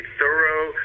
thorough